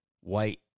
white